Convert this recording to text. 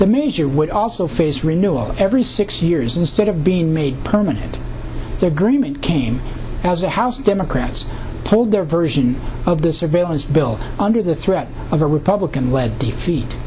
the major would also face renewal every six years instead of being made permanent so agreement came as the house democrats pulled their version of the surveillance bill under the threat of a republican led defeat